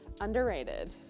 Underrated